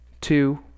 two